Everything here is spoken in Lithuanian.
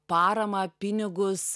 paramą pinigus